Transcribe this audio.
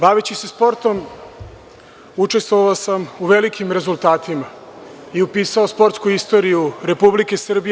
Baveći se sportom učestvovao sam u velikim rezultatima i upisao sportsku istoriju Republike Srbije.